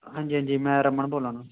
हां जी हां जी में रमन बोला ना